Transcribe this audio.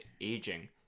aging